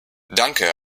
danke